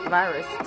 virus